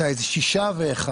זה שישה ואחד.